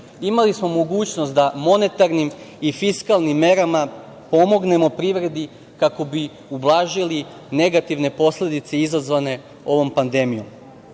imali smo mogućnost da monetarnim i fiskalnim merama pomognemo privredi kako bi ublažili negativne posledice izazvane ovom pandemijom.